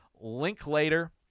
Linklater